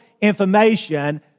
information